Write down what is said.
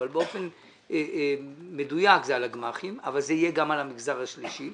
אבל באופן מדויק על הגמ"חים אבל זה יהיה גם על המגזר השלישי.